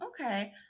okay